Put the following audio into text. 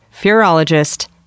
furologist